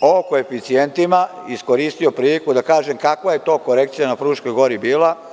o koeficijentima, iskoristio priliku da kažem kakva je to kolekcija na Fruškoj Gori bila.